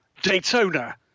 Daytona